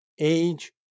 age